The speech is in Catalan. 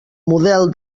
model